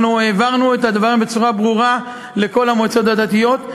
אנחנו הבהרנו את הדברים בצורה ברורה לכל המועצות הדתיות.